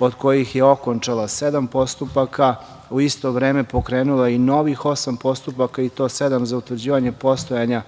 od kojih je okončala sedam postupaka, u isto vreme pokrenula i novih osam postupaka i to sedam za utvrđivanje postojanja